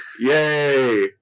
Yay